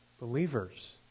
believers